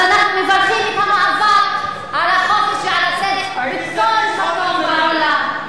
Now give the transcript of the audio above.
אז אנחנו מברכים את המאבק על החופש ועל הצדק בכל מקום בעולם,